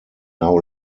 now